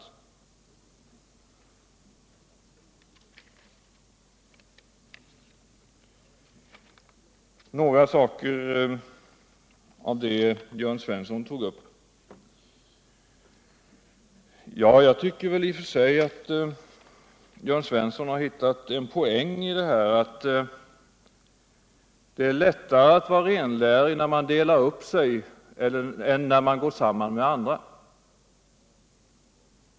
Så några saker som Jörn Svensson tog upp. Jag tycker i och för sig att Jörn Svensson har hittat en poäng i detta, nämligen att det är lättare att vara renlärig när man delar upp sig än när man går samman med andra.